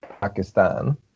Pakistan